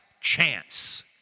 chance